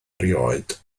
erioed